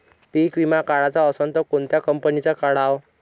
पीक विमा काढाचा असन त कोनत्या कंपनीचा काढाव?